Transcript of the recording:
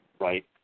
Right